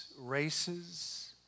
races